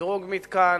ובשדרוג מתקן.